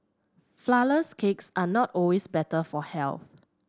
flourless cakes are not always better for health